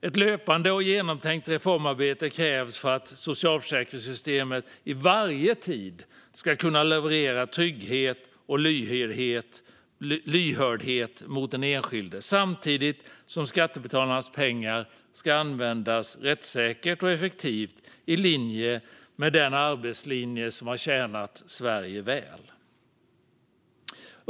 Ett löpande och genomtänkt reformarbete krävs för att socialförsäkringssystemet i varje tid ska kunna leverera trygghet och lyhördhet till den enskilde samtidigt som skattebetalarnas pengar ska användas rättssäkert och effektivt i linje med den arbetslinje som har tjänat Sverige väl.